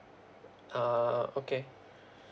ah okay